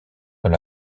dans